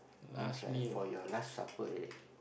means like for your last supper right